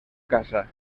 casa